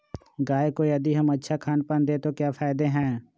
गाय को यदि हम अच्छा खानपान दें तो क्या फायदे हैं?